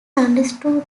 understood